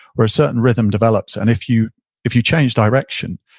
where a certain rhythm develops. and if you if you change direction,